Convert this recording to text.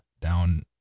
down